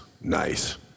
Nice